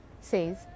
says